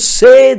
say